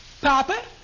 Papa